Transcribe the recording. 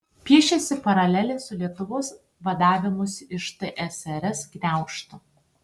piešiasi paralelė su lietuvos vadavimusi iš tsrs gniaužtų